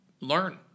learn